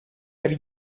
per